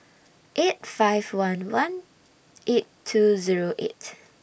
eight five one one eight two Zero eight